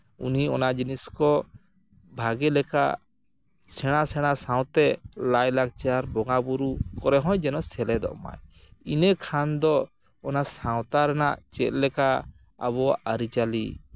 ᱩᱱᱤ ᱚᱱᱟ ᱡᱤᱱᱤᱥ ᱠᱚ ᱵᱷᱟᱜᱮ ᱞᱮᱠᱟ ᱥᱮᱬᱟ ᱥᱮᱬᱟ ᱥᱟᱶᱛᱮ ᱞᱟᱭᱼᱞᱟᱠᱪᱟᱨ ᱵᱚᱸᱜᱟᱼᱵᱩᱨᱩ ᱠᱚᱨᱮ ᱦᱚᱸ ᱡᱮᱱᱚᱭ ᱥᱮᱞᱮᱫᱚᱜᱢᱟᱭ ᱤᱱᱟᱹ ᱠᱷᱟᱱ ᱫᱚ ᱚᱱᱟ ᱥᱟᱶᱛᱟ ᱨᱮᱱᱟᱜ ᱪᱮᱫ ᱞᱮᱠᱟ ᱟᱵᱚᱣᱟᱜ ᱟᱹᱨᱤᱪᱟᱹᱞᱤ